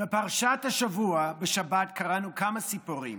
בפרשת השבוע בשבת קראנו כמה סיפורים: